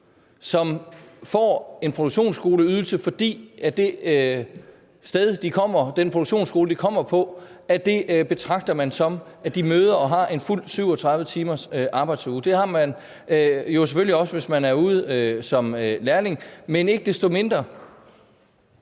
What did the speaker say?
som får en produktionsskoleydelse, fordi man betragter opholdet på den produktionsskole, de kommer på, som at de møder og har en fuld 37 timers arbejdsuge. Det har man selvfølgelig også, hvis man er ude som lærling, men ikke desto mindre